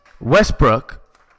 Westbrook